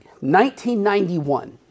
1991